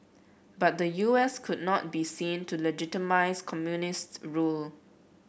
but the U S could not be seen to legitimise communist rule